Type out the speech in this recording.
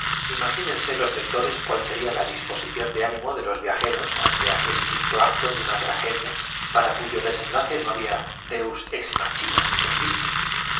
imagínense los lectores cuál sería la disposición de ánimo de los viajeros ante aquel quinto acto de una tragedia para cuyo desenlace no había dens ex machina posible